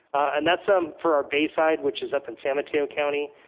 and that's um for our bayside, which is up in san mateo county.